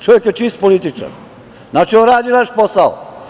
Čovek je čist političar, znači on radi naš posao.